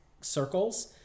circles